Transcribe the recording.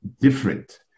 different